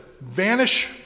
vanish